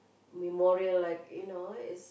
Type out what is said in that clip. memorial like you know it's